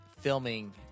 filming